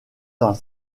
dans